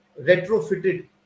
retrofitted